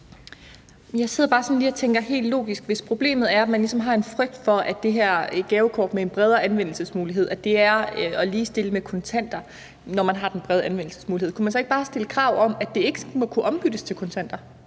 Jeg sidder bare og tænker helt logisk, at hvis problemet er, at man ligesom har en frygt for, at det her gavekort med en bredere anvendelsesmulighed er at ligestille med kontanter, kunne man så ikke bare stille krav om, at det ikke må kunne ombyttes til kontanter?